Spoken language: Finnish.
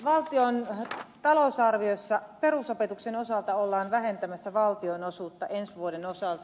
valtion talousarviossa perusopetuksen osalta ollaan vähentämässä valtionosuutta ensi vuoden osalta